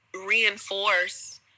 reinforce